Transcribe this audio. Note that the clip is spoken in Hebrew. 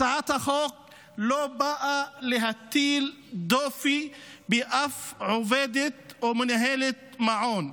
הצעת החוק לא באה להטיל דופי באף עובדת או מנהלת מעון.